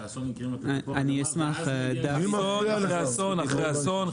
שהאסון יקרה --- אסון אחרי אסון אחרי אסון.